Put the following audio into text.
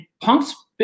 Punk's –